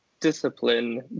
discipline